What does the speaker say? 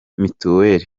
mutuelle